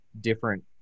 different